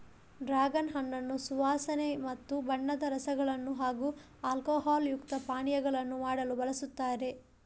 dragon ಹಣ್ಣನ್ನು ಸುವಾಸನೆ ಮತ್ತು ಬಣ್ಣದ ರಸಗಳನ್ನು ಹಾಗೂ ಆಲ್ಕೋಹಾಲ್ ಯುಕ್ತ ಪಾನೀಯಗಳನ್ನು ಮಾಡಲು ಬಳಸುತ್ತಾರೆ